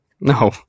No